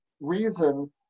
reason